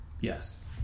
Yes